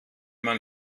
man